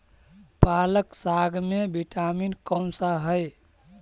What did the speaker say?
पालक साग में विटामिन कौन सा है?